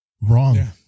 Wrong